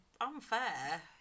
unfair